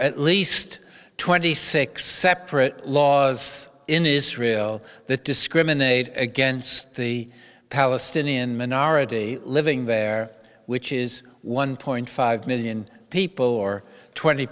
at least twenty six separate laws in israel that discriminate against the palestinian minority living there which is one point five million people or twenty